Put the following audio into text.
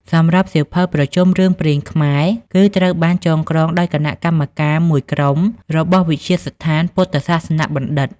សម្រាប់សៀវភៅ ប្រជុំរឿងព្រេងខ្មែរ គឺត្រូវបានចងក្រងដោយគណៈកម្មការមួយក្រុមរបស់វិទ្យាស្ថានពុទ្ធសាសនបណ្ឌិត្យ។